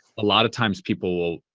a lot of times, people